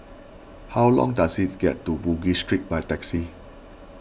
how long does it get to Bugis Street by taxi